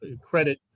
credit